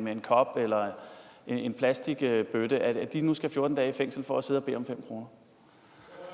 med en kop eller en plastikbøtte, nu skal 14 dage i fængsel for at sidde og bede om 5 kr.?